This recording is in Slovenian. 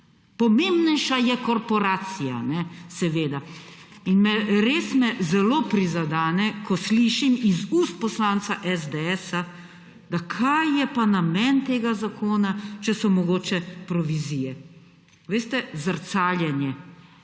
p{{{ôôôôôôomembnejša je korporacija. Seveda. In me, res me zelo prizadene, ko slišim iz ust poslanca SDS, da kaj je pa namen tega zakona, če so mogoče provizije. Veste, zrcaljenje